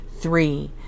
Three